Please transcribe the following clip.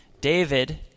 David